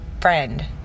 friend